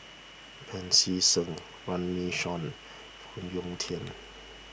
Pancy Seng Runme Shaw Phoon Yew Tien